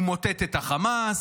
הוא מוטט את החמאס.